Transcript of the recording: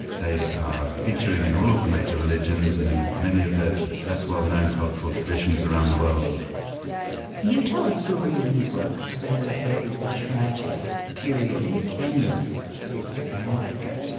they are featured in in all of the major religions and in many of the less well-known cultural traditions around the world you tell a story in the book about a very tragic period in kenya's history in africa,